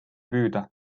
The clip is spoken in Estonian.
püüda